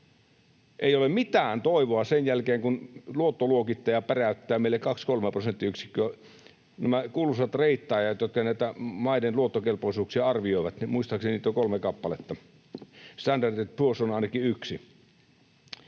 Ei ole mitään toivoa sen jälkeen, kun luottoluokittaja päräyttää meille 2—3 prosenttiyksikköä. Näitä kuuluisia reittaajia, jotka maiden luottokelpoisuuksia arvioivat, on muistaakseni kolme kappaletta. Standard & Poor’s on ainakin yksi.